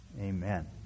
Amen